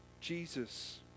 Jesus